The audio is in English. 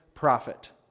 prophet